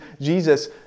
Jesus